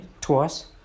twice